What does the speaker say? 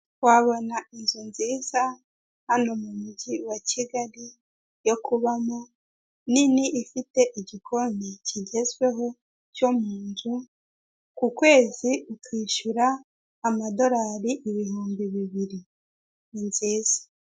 Wabona inzu nziza, hano mumujyi wa Kigali yo kubamo, nini ifite igikoni kigezweho cyo munzu, ku kwezi ukishyura amadorari ibihumbi bibiri. Ni nziza.